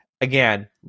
again